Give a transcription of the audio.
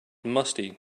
musty